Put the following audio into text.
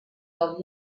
del